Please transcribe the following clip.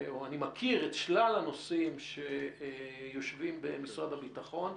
מכיר את שלל הנושאים שיושבים במשרד הביטחון.